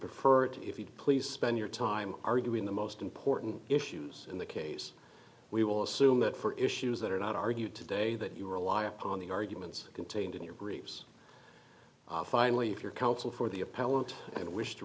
prefer if you please spend your time arguing the most important issues in the case we will assume that for issues that are not argued today that you rely upon the arguments contained in your groups finally if your counsel for the a